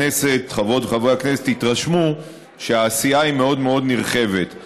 שחברות וחברי הכנסת יתרשמו שהעשייה היא מאוד מאוד נרחבת.